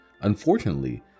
Unfortunately